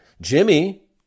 Jimmy